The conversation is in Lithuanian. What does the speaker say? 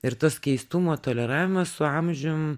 ir tas keistumo toleravimas su amžium